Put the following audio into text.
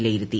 വിലയിരുത്തി